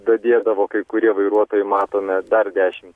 dėdavo kai kurie vairuotojai matome dar dešim